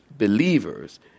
believers